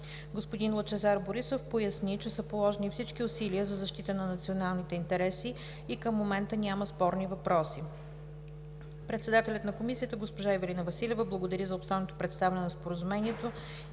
Господин Лъчезар Борисов поясни, че са положени всички усилия за защита на националните интереси и към момента няма спорни въпроси. Председателят на Комисията госпожа Ивелина Василева благодари за обстойното представяне на Споразумението